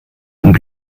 und